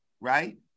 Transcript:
right